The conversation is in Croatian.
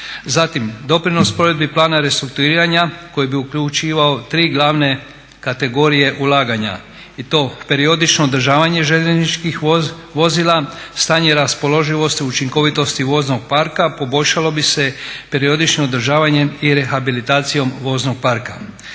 Zatim doprinos provedbi plana restrukturiranja koji bi uključivao tri glavne kategorije ulaganja i to periodično održavanje željezničkih vozila, stanje raspoloživosti i učinkovitosti voznog parka poboljšalo bi se periodičnim održavanjem i rehabilitacijom voznog parka.